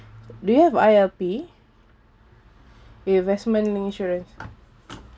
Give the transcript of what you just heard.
do you have I_L_P investment linked insurance